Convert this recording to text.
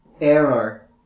error